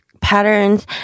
patterns